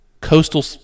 coastal